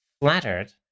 flattered